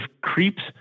creeps